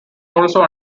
also